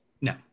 no